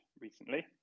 recently